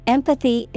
Empathy